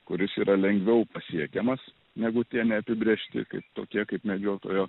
kuris yra lengviau pasiekiamas negu tie neapibrėžti kaip tokie kaip medžiotojo